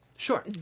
Sure